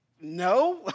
no